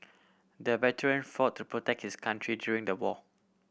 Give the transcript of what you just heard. the veteran fought to protect his country during the war